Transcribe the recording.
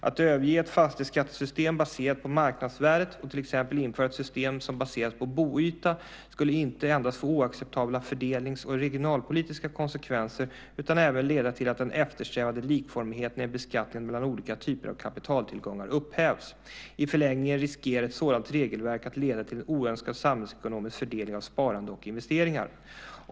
Att överge ett fastighetsskattesystem baserat på marknadsvärdet och till exempel införa ett system som baseras på boyta skulle inte endast få oacceptabla fördelnings och regionalpolitiska konsekvenser utan även leda till att den eftersträvade likformigheten i beskattningen mellan olika typer av kapitaltillgångar upphävs. I förlängningen riskerar ett sådant regelverk att leda till en oönskad samhällsekonomisk fördelning av sparande och investeringar.